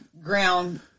ground